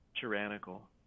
tyrannical